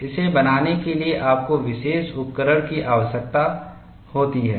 इसे बनाने के लिए आपको विशेष उपकरण की आवश्यकता होती है